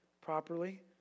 properly